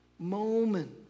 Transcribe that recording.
moment